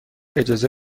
اجازه